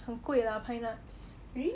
很贵 lah pine nuts